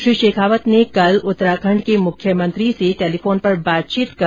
श्री शेखावत ने कल उत्तराखंड के मुख्यमंत्री से भी टेलीफोन पर बातचीत की